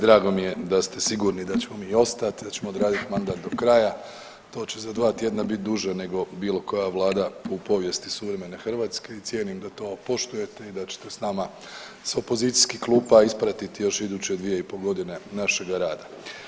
Drago mi je da ste sigurni da ćemo mi ostat, da ćemo odraditi mandat do kraja to će za dva tjedna bit duže nego bilo koja vlada u povijesti suvremene Hrvatske i cijenim da to poštujete i da ćete s nama s opozicijskih klupa ispratiti još iduće dvije i pol godine našega rada.